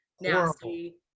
nasty